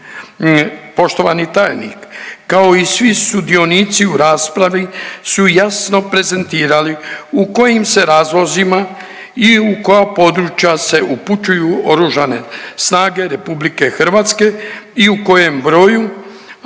Poštovani tajnik kao i svi sudionici u raspravi su jasno prezentirali u kojim se razlozima i u koja područja se upućuju Oružane snage RH i u kojem broju,